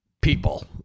people